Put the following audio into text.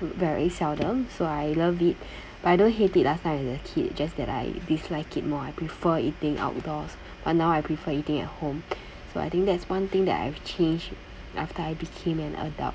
very seldom so I love it but I don't hate it last time as a kid just that I dislike it more I prefer eating outdoors but now I prefer eating at home so I think that's one thing that I've changed after I became an adult